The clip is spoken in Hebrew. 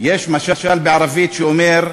יש משל בערבית שאומר,